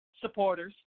supporters